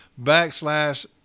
backslash